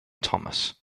thomas